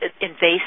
invasive